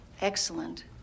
excellent